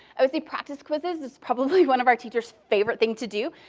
i would say practice quizzes is probably one of our teachers' favorite thing to do.